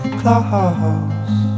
close